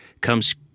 comes